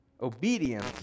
Obedience